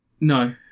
No